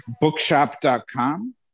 Bookshop.com